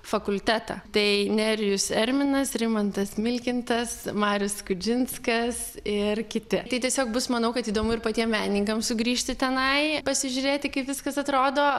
fakultetą tai nerijus erminas rimantas milkintas marius skudžinskas ir kiti tai tiesiog bus manau kad įdomu ir patiem menininkam sugrįžti tenai pasižiūrėti kaip viskas atrodo